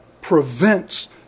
prevents